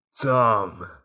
dumb